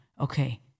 Okay